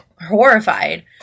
horrified